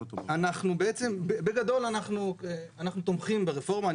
בגדול, אנחנו תומכים ברפורמה.